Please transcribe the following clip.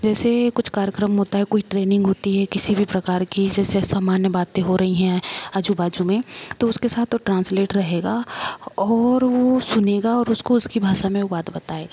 जैसे कुछ कार्यक्रम होता है कोई ट्रेनिंग होती है किसी भी प्रकार की जैसे सामान्य बातें हो रही हैं आजू बाजू में तो उसके साथ तो ट्रांसलेट रहेगा और वह सुनेगा और उसको उसकी भाषा में वह बात बताएगा